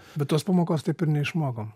bet tos pamokos taip ir neišmokom